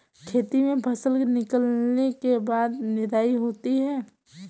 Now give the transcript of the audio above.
खेती में फसल निकलने के बाद निदाई होती हैं?